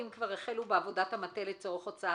האם כבר החלו בעבודת המטה לצורך הוצאת